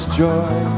joy